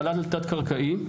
חלל תת קרקעי.